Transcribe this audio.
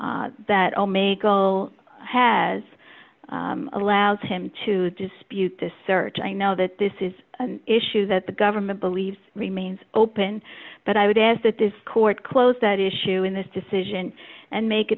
will has allowed him to dispute this search i know that this is an issue that the government believes remains open but i would ask that this court close that issue in this decision and make